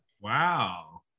Wow